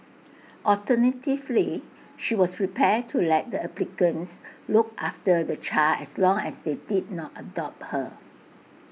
alternatively she was prepared to let the applicants look after the child as long as they did not adopt her